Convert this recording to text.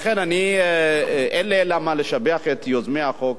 לכן, אין לי אלא לשבח את יוזמי החוק.